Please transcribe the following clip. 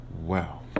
wow